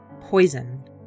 poison